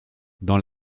dans